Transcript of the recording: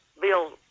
Bill